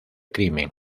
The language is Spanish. crimen